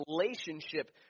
relationship